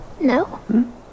no